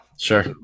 sure